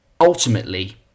ultimately